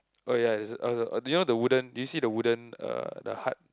oh ya there's a uh do you know the wooden do you see the wooden uh the hut